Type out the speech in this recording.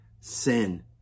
sin